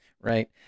right